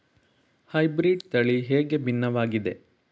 Hybrid ತಳಿ ಹೇಗೆ ಭಿನ್ನವಾಗಿದೆ?